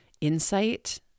insight